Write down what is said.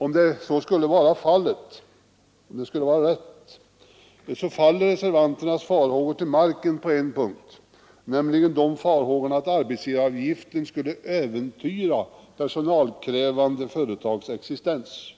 Om det skulle vara rätt, faller reservanternas farhågor delvis till marken, nämligen farhågorna att arbetsgivaravgifterna skulle äventyra personalkrävande företags existens.